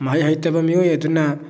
ꯃꯍꯩ ꯍꯩꯇꯕ ꯃꯤꯑꯣꯏ ꯑꯗꯨꯅ